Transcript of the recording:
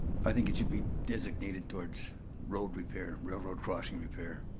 i think it should be designated towards road repair, railroad crossing repair.